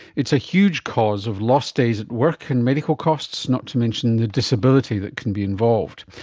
it's a huge cause of lost days at work and medical costs, not to mention the disability that can be involved.